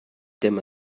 them